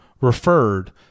referred